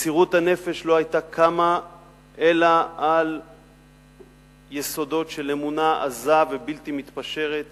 מסירות הנפש לא היתה קמה אלא על יסודות של אמונה עזה ובלתי מתפשרת